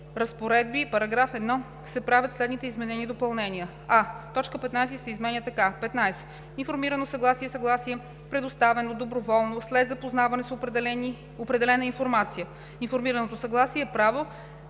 разпоредби § 1 се правят следните изменения и допълнения: а) т. 15 се изменя така: „15. „Информирано съгласие“ е съгласие, предоставено доброволно след запознаване с определена информация. Информираното съгласие е право